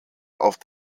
auf